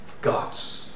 gods